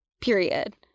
Period